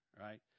right